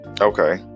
okay